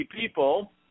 people